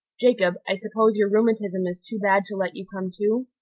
jacob, i suppose your rheumatism is too bad to let you come too?